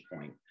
point